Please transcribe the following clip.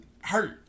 hurt